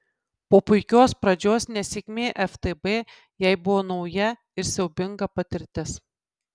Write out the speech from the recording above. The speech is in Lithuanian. po puikios pradžios nesėkmė ftb jai buvo nauja ir siaubinga patirtis